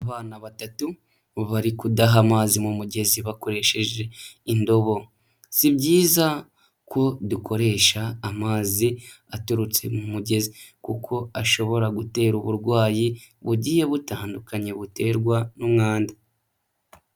Abana batatu bari kudaha amazi mu mugezi bakoresheje indobo, si byiza ko dukoresha amazi aturutse mu mugezi kuko ashobora gutera uburwayi bugiye butandukanye buterwa n'umwanda.